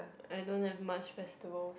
I don't have much festivals